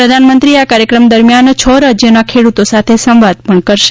પ્રધાનમંત્રી આ કાર્યક્રમ દરમ્યાન છ રાજ્યોના ખેડૂતો સાથે સંવાદ પણ કરશે